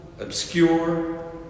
obscure